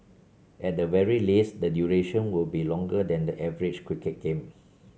at the very least the duration will be longer than the average cricket game